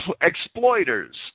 exploiters